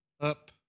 up